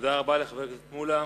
תודה רבה לחבר הכנסת מולה.